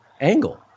angle